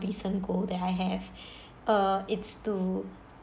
recent goal that I have uh it's to